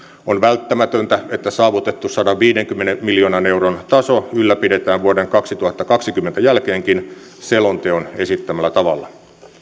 on välttämätöntä että saavutettu sadanviidenkymmenen miljoonan euron taso ylläpidetään vuoden kaksituhattakaksikymmentä jälkeenkin selonteon esittämällä tavalla